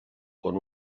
con